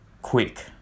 quick